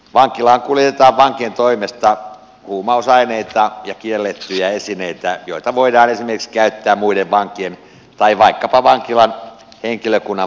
vankilaan kuljetetaan vankien toimesta huumausaineita ja kiellettyjä esineitä joita voidaan esimerkiksi käyttää muiden vankien tai vaikka pa vankilan henkilökunnan vahingoittamiseen